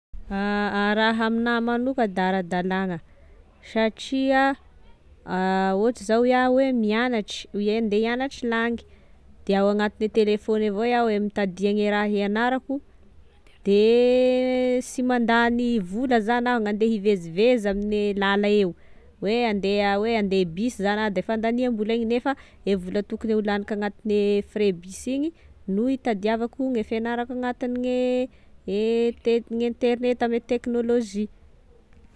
Raha aminahy magnoka da ara-dalagna satria ohatry zao iaho hoe hiagnatry hoe ande hiagnatry langy, de ao agnatine telefôny avao iaho e mitadia gne raha hianarako, da sy mandany vola zany ah gn'andeha hivezivezy amine lala eo, hoe andeha hoe andeha bisy zany a de fandaniam-bola igny nefa e vola tokony ho laniko agnatine frais bisy igny no hitadiavako gne fianarako agnatine e e te- gn'internety ame teknôlôzia.